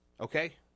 okay